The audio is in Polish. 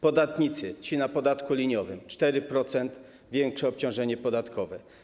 Podatnicy na podatku liniowym mają o 4% większe obciążenie podatkowe.